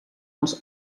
els